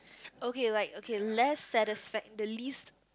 okay like okay less satisfact~ the least